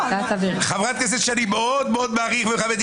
חברת הכנסת שאני מאוד מאוד מעריך ומכבד,